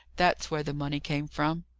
that's where the money came from.